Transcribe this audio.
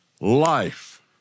life